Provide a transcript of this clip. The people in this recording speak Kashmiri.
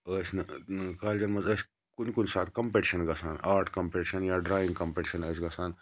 ٲسۍ نہٕ کالجَن مَنٛز ٲسۍ کُنہ کُنہ ساتہٕ کَمپیٚٹشَن گَژھان آرٹ کَمپیٚٹِشَن یا ڈرایِنٛگ کَمپیٚٹِشَن ٲسۍ گَژھان